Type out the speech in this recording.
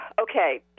okay